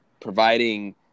providing